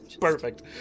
Perfect